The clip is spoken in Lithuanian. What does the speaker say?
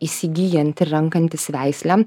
įsigyjant ir renkantis veislę